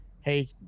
hey